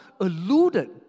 alluded